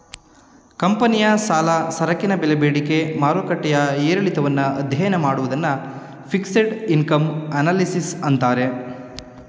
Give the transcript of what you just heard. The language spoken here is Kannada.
ಕಂಪನಿಯ ಸಾಲ, ಸರಕಿನ ಬೆಲೆ ಬೇಡಿಕೆ ಮಾರುಕಟ್ಟೆಯ ಏರಿಳಿತವನ್ನು ಅಧ್ಯಯನ ಮಾಡುವುದನ್ನು ಫಿಕ್ಸೆಡ್ ಇನ್ಕಮ್ ಅನಲಿಸಿಸ್ ಅಂತಾರೆ